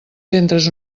centres